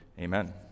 Amen